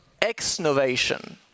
exnovation